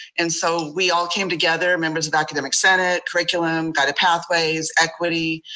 and so we all came together, members of academic senate, curriculum, guided pathways, equity,